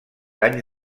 anys